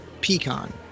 pecan